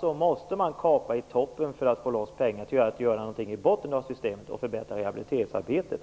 Då måste man kapa i toppen för att få loss pengar till att göra något i botten av systemet och förbättra rehabiliteringsarbetet.